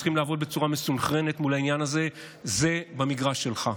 שצריכים לעבוד בצורה מסונכרנת מול העניין הזה זה במגרש שלך.